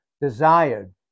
desired